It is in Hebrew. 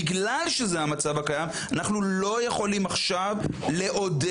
בגלל שזה המצב הקיים אנחנו לא יכולים עכשיו לעודד.